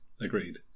Agreed